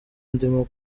ndimo